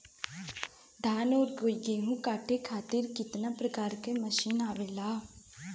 धान और गेहूँ कांटे खातीर कितना प्रकार के मशीन आवेला?